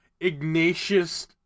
Ignatius